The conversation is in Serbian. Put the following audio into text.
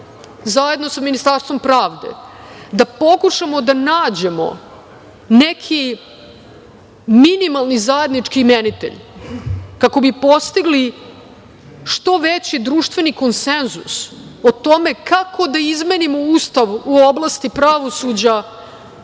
zajedno sa Ministarstvom pravde da pokušamo da nađemo neki minimalni zajednički imenitelj, kako bi postigli što veći društveni konsenzus, o tome kako da izmenimo Ustav u oblasti pravosuđa,